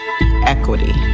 Equity